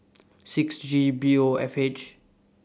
six G B O F H